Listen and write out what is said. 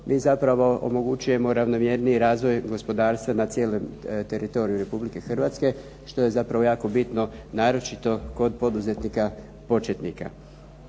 mi zapravo omogućujemo ravnomjerniji razvoj gospodarstva na cijelom teritoriju Republike Hrvatske što je zapravo jako bitno naročito kod poduzetnika početnika.